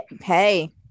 Hey